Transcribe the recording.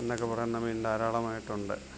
എന്നൊക്കെ പറയുന്ന മീൻ ധാരാളമായിട്ടുണ്ട്